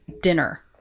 dinner